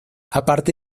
aparte